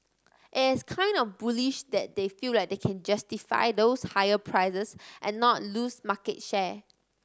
it's kind of bullish that they feel like they can justify those higher prices and not lose market share